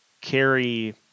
carry